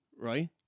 right